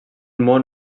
món